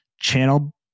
channel